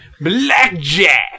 Blackjack